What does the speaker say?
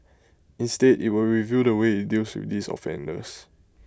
instead IT will review the way IT deals with these offenders